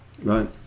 Right